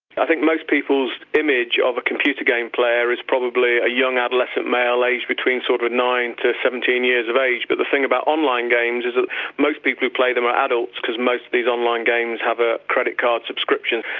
i think most people's image of a computer game player is probably a young adolescent male aged between sort of nine to seventeen years of age, but the thing about online games is that ah most people who play them are adults because most of these online games have a credit card subscription.